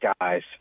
guys